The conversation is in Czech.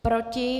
Proti?